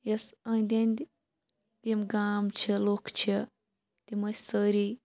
یوٚس أندۍ أنٛدۍ یِم گام چھِ یِم لُکھ چھِ تِم ٲسۍ سٲری